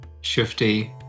shifty